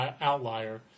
outlier